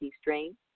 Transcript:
strain